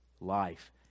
Life